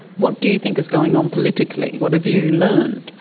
what do you think is going on politically? what have you learned?